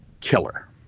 killer